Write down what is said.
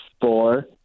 four